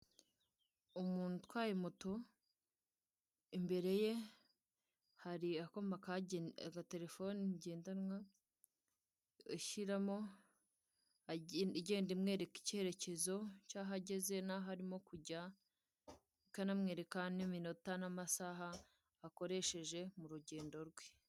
Umuntu utwaye moto, imbere ye hari akuma. Agatelefoni ngendanwa ushyiramo igenda imwereka icyerekezo cy'aho ageze n'aho arimo kujya, ikanamwereka n'iminota n'amasaha akoresheje mu rugendo rwe.